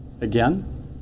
again